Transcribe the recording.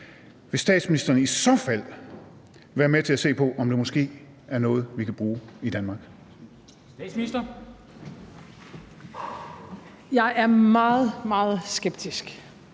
vil statsministeren i så fald være med til at se på, om det måske er noget, vi kan bruge i Danmark? Kl. 14:13 Formanden (Henrik